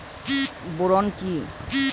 Boron কি?